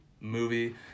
movie